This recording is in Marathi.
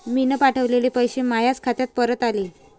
मीन पावठवलेले पैसे मायाच खात्यात परत आले